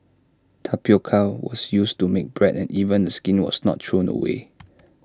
tapioca was used to make bread and even the skin was not thrown away